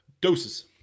Doses